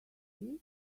this